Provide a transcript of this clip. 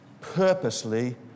purposely